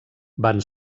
van